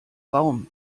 baum